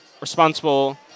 responsible